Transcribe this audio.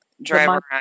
Driver